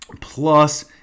Plus